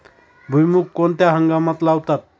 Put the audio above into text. भुईमूग कोणत्या हंगामात लावतात?